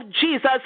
Jesus